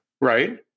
Right